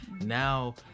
now